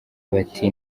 bati